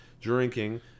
drinking